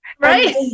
right